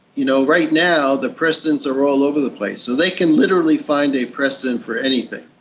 you know, right now the precedents are all over the place, so they can literally find a precedent for anything.